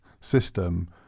system